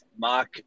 Mark